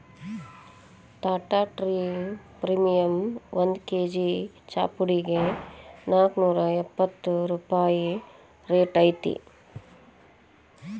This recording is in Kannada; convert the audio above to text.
ಟಾಟಾ ಟೇ ಪ್ರೇಮಿಯಂ ಒಂದ್ ಕೆ.ಜಿ ಚಾಪುಡಿಗೆ ನಾಲ್ಕ್ನೂರಾ ಎಪ್ಪತ್ ರೂಪಾಯಿ ರೈಟ್ ಐತಿ